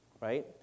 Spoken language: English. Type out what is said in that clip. right